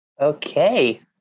Okay